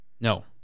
no